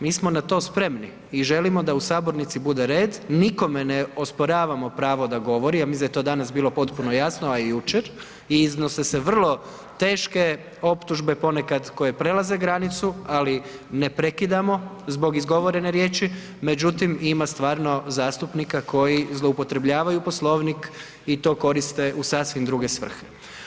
Mi smo na to spremni i želimo da u sabornici bude red, nikome ne osporavamo pravo da govori, ja mislim da je to danas bilo potpuno jasno, a i jučer i iznose se vrlo teške optužbe ponekad koje prelaze granicu, ali ne prekidamo zbog izgovorene riječi, međutim ima stvarno zastupnika koji zloupotrebljavaju Poslovnik i to koriste u sasvim druge svrhe.